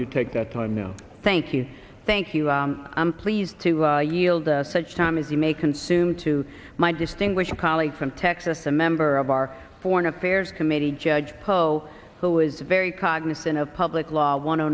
don't you take that time now thank you thank you i'm pleased to yield us such time as you may consume to my distinguished colleague from texas a member of our foreign affairs committee judge poll who is very cognizant of public law one